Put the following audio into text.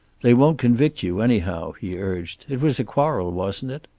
they won't convict you anyhow, he urged. it was a quarrel, wasn't it?